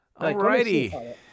Alrighty